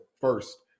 first